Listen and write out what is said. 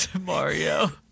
Mario